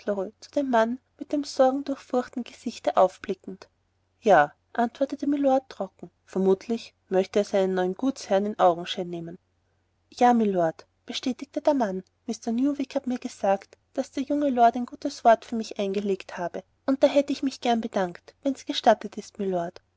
zu dem manne mit dem sorgendurchfurchten gesichte aufblickend ja antwortete mylord trocken vermutlich möchte er seinen neuen gutsherrn in augenschein nehmen ja mylord bestätigte der mann mr newick hat mir gesagt daß der junge lord ein gutes wort für mich eingelegt habe und da hätt ich mich gern bedankt wenn's gestattet ist mylord